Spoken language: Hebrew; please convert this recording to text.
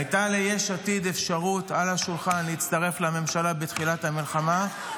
הייתה ליש עתיד אפשרות על השולחן להצטרף לממשלה בתחילת המלחמה,